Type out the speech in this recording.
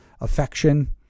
affection